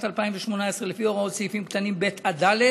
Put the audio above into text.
2018 לפי הוראות סעיפים קטנים (ב) עד (ד)